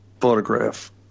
photograph